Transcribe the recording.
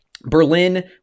Berlin